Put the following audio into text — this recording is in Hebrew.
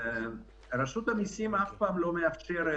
אומנם רשות המיסים אף פעם לא מאפשרת